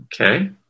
Okay